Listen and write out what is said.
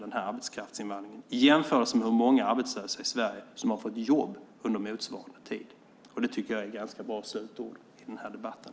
Den här arbetskraftsinvandringen är extremt liten i jämförelse med hur många arbetslösa i Sverige som har fått jobb under motsvarande tid. Jag tycker att det är ganska bra slutord i den här debatten.